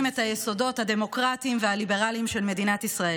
את היסודות הדמוקרטיים והליברליים של מדינת ישראל.